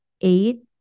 eight